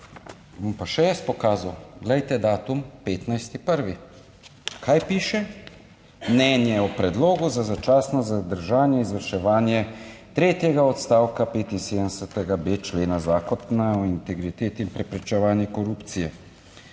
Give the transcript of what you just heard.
Bom pa še jaz pokazal, glejte, datum 15. 1. Kaj piše? Mnenje o predlogu za začasno zadržanje izvrševanja tretjega odstavka 75.b člena Zakona o integriteti in preprečevanju korupcije.